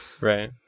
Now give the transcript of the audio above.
Right